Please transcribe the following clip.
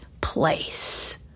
place